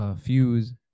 Fuse